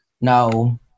No